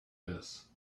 this